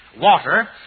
water